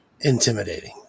intimidating